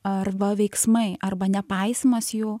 arba veiksmai arba nepaisymas jų